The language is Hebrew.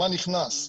מה נכנס,